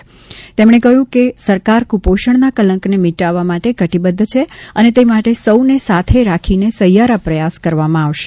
મુખ્યમંત્રીએ જણાવ્યું હતું કે સરકાર કુપોષણના કલંકને મિટાવવા માટે કટિબદ્ધ છે અને તે માટે સૌને સાથે રાખીને સહિયારા પ્રયાસ કરવામાં આવશે